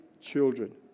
children